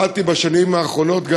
למדתי בשנים האחרונות,